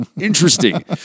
Interesting